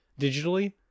digitally